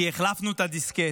כי החלפנו את הדיסקט,